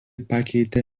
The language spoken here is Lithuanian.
pakeitė